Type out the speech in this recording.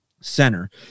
center